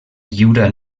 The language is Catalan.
lliura